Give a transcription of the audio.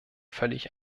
völlig